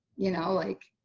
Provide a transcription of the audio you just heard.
you know, like